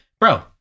bro